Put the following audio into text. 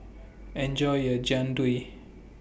Enjoy your Jian Dui